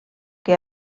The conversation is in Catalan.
que